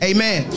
Amen